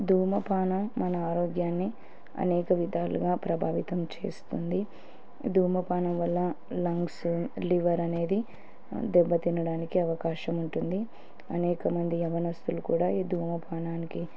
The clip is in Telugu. ధూమపానం మన ఆరోగ్యాన్ని అనేక విధాలుగా ప్రభావితం చేస్తుంది ధూమపానం వల్ల లంగ్స్ లివర్ అనేది దెబ్బ తినడానికి అవకాశం ఉంటుంది అనేకమంది యవనస్తులు కూడా ఈ ధూమపానానికి